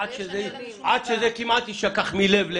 עד שזה כמעט יישכח מלב.